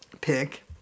pick